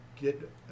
get